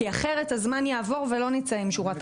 כי אחרת הזמן יעבור ולא נצא עם שורה תחתונה.